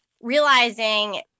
realizing